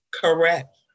Correct